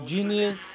Genius